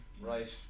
Right